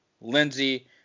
Lindsey